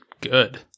good